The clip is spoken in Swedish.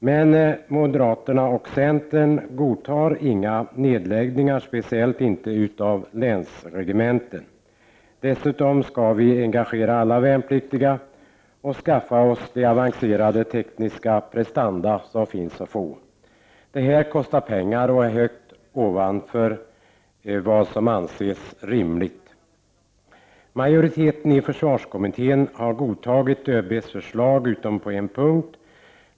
Men moderaterna och centern godtar inga nedläggningar, speciellt inte av länsregementen. Dessutom skall vi engagera alla värnpliktiga och skaffa oss den avancerade tekniska prestanda som finns att få. Det här kostar pengar och är högt ovanför vad som anses rimligt. Majoriteten i försvarskommittén har godtagit ÖB:s förslag, utom på en punkt.